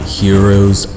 heroes